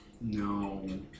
No